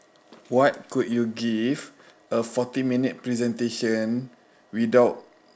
what could you give a forty minute presentation without